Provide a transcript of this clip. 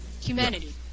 Humanity